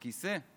הכיסא,